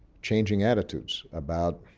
changing attitudes about